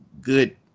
good